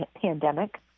pandemic